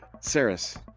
Saris